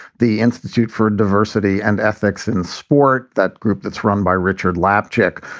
the institute for diversity and ethics in sport, that group that's run by richard lapchick,